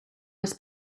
was